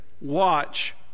watch